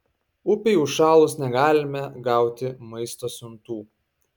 upei užšalus negalime gauti maisto siuntų